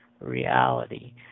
reality